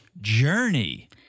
journey